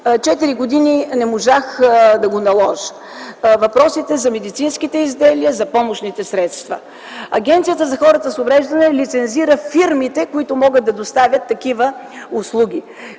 четири години не можах да наложа. Това са въпросите за медицинските изделия, за помощните средства. Агенцията за хората с увреждания лицензира фирмите, които могат да доставят такива услуги.